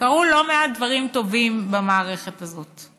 קרו לא מעט דברים טובים במערכת הזאת.